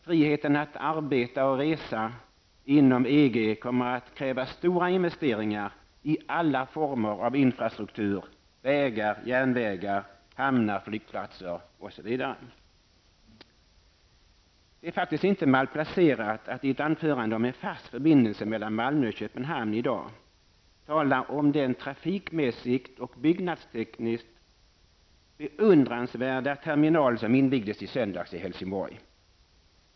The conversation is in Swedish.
Friheten att arbeta och resa inom EG kommer att kräva stora investeringar i alla former av infrastruktur -- vägar, järnvägar, hamnar, flygplatser osv. Det är faktiskt inte malplacerat att i ett anförande om en fast förbindelse mellan Malmö och Köpenhamn i dag tala om den trafikmässigt och byggnadstekniskt beundransvärda terminal som invigdes i söndags i Helsingborg.